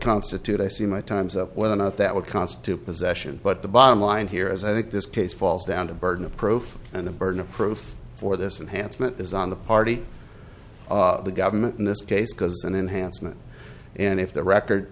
constitute i see my time's up whether or not that would constitute possession but the bottom line here is i think this case falls down to burden of proof and the burden of proof for this unhandsome it is on the party the government in this case because an enhancement and if the record